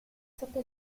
sotto